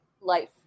life